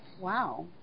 Wow